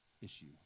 issue